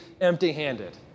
empty-handed